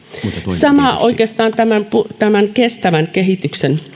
sama oikeastaan kestävän kehityksen